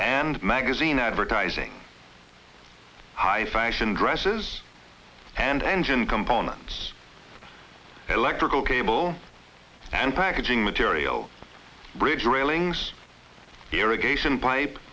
and magazine advertising high fashion dresses and engine components electrical cable and packaging materials bridge railings irrigation pipe